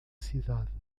cidade